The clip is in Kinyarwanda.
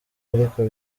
ariko